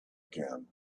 again